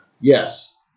Yes